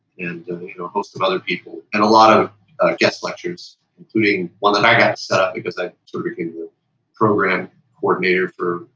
and and you know a host of other people, and a lot of guest lectures including one that i got stuck because i so became the program coordinator for